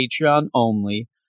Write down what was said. Patreon-only